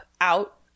out